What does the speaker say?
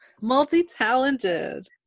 Multi-talented